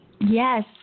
Yes